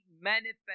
manifest